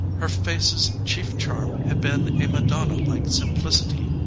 her face's chief charm had been a madonna-like simplicity.